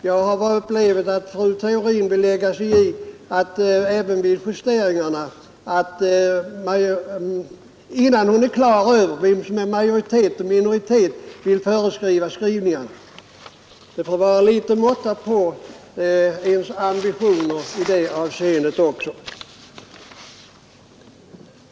Jag har upplevt även vid justeringarna i utskottet att fru Theorin, innan hon är på det klara med vad som är majoritet och minoritet, vill föreskriva formuleringen. Det får vara måtta på ambitioner i det avseendet också.